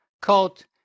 called